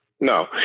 No